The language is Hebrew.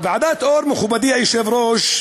ועדת אור, מכובדי היושב-ראש,